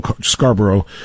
Scarborough